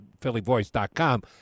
phillyvoice.com